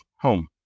home